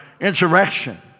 insurrection